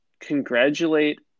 congratulate